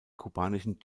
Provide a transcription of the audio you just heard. kubanischen